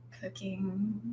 cooking